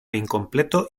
incompleto